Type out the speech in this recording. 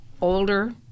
older